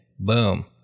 Boom